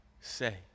say